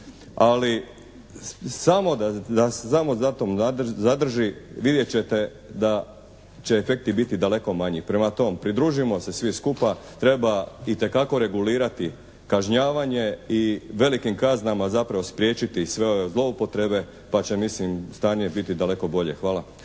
Ali, samo za to zadrži vidjet ćete da će efekti biti daleko manji. Prema tomu, pridružimo se svi skupa. Treba itekako regulirati kažnjavanje i velikim kaznama zapravo spriječiti sve ove zloupotrebe pa će mislim stanje biti daleko bolje. Hvala.